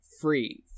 free